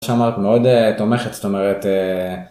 מה שאמרת מאוד תומכת, זאת אומרת...